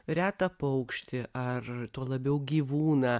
retą paukštį ar tuo labiau gyvūną